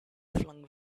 flung